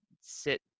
sit